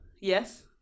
Yes